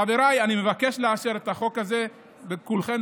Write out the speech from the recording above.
חבריי, אני מבקש לאשר את החוק הזה בתמיכה.